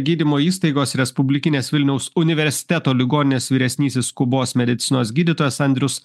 gydymo įstaigos respublikinės vilniaus universiteto ligoninės vyresnysis skubos medicinos gydytojas andrius